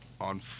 on